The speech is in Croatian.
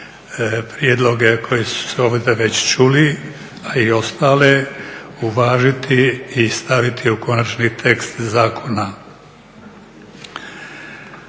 prijedloge koji su se ovdje već čuli, a i ostale uvažiti i staviti u konačni tekst zakona.